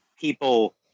people